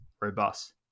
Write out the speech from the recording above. Robust